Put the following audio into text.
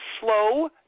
Slow